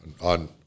on